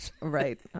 right